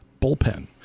bullpen